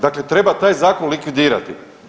Dakle, treba taj zakon likvidirati.